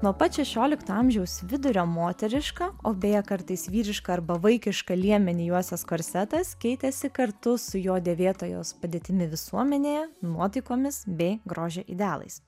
nuo pat šešiolikto amžiaus vidurio moterišką o beje kartais vyrišką arba vaikišką liemenį juosęs korsetas keitėsi kartu su jo dėvėtojos padėtimi visuomenėje nuotaikomis bei grožio idealais